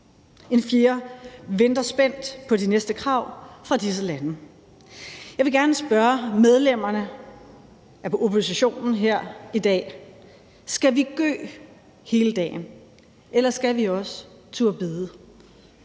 En fjerde venter spændt på de næste krav fra disse lande. Jeg vil gerne spørge medlemmerne af oppositionen her i dag: Skal vi gø hele dagen, eller skal vi også turde